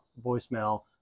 voicemail